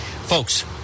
Folks